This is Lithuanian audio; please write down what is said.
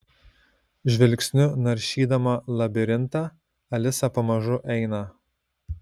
žvilgsniu naršydama labirintą alisa pamažu eina